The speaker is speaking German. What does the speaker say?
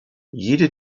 jede